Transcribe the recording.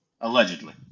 Allegedly